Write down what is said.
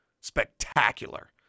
spectacular